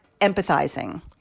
empathizing